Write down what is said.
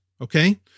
Okay